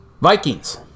Vikings